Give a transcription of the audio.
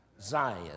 Zion